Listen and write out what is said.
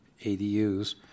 ADUs